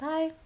Bye